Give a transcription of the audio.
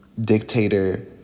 dictator